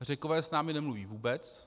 Řekové s námi nemluví vůbec.